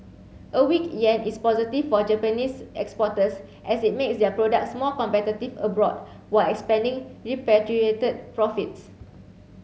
a weak yen is positive for Japanese exporters as it makes their products more competitive abroad while expanding repatriated profits